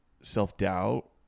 Self-doubt